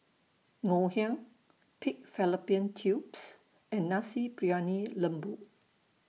Ngoh Hiang Pig Fallopian Tubes and Nasi Briyani Lembu